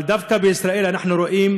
אבל דווקא בישראל אנחנו רואים